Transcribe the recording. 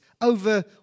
over